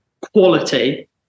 Quality